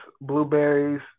blueberries